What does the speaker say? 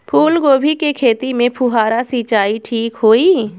फूल गोभी के खेती में फुहारा सिंचाई ठीक होई?